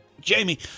Jamie